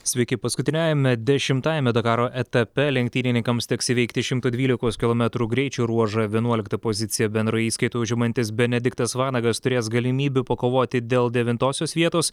sveiki paskutiniajame dešimtajame dakaro etape lenktynininkams teks įveikti šimto dvylikos kilometrų greičio ruožą vienuoliktą poziciją bendroje įskaitoje užimantis benediktas vanagas turės galimybių pakovoti dėl devintosios vietos